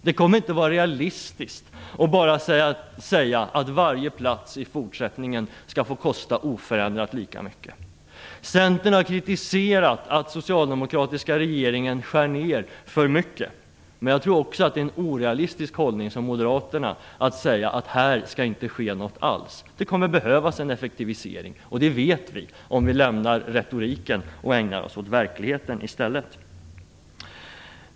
Det kommer inte att vara realistiskt att säga att varje plats i fortsättningen skall få kosta oförändrat lika mycket. Centern har kritiserat att den socialdemokratiska regeringen skär för mycket. Men jag tror också att det är en orealistisk hållning från Moderaterna att säga att det inte skall ske något alls. Det kommer att behövas en effektivisering. Det vet vi om vi lämnar retoriken och ägnar oss åt verkligheten i stället.